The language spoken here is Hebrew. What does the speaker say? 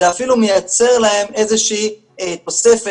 זה אפילו מייצר להם איזה שהיא תוספת,